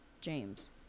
james